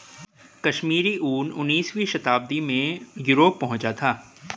कश्मीरी ऊन उनीसवीं शताब्दी में यूरोप पहुंचा था